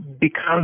becomes